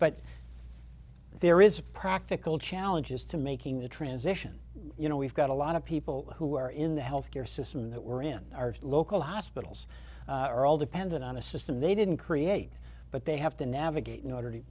but there is a practical challenges to making a transition you know we've got a lot of people who are in the health care system that we're in our local hospitals are all dependent on a system they didn't create but they have to navigate in order to